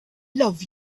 love